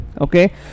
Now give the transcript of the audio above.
okay